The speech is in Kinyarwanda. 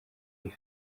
iyi